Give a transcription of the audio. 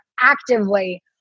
actively